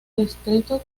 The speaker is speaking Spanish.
distrito